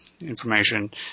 information